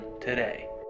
today